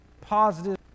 positive